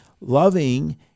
loving